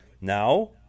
now